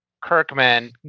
Kirkman